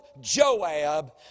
Joab